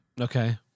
Okay